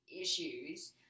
issues